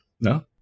No